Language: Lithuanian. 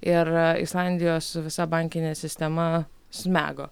ir islandijos visa bankinė sistema smego